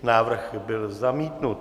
Návrh byl zamítnut.